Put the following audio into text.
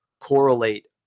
correlate